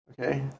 Okay